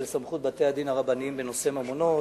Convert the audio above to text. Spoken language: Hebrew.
של סמכות בתי-הדין הרבניים בנושא ממונות,